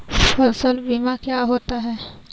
फसल बीमा क्या होता है?